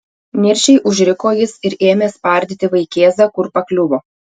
niršiai užriko jis ir ėmė spardyti vaikėzą kur pakliuvo